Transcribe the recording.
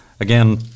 again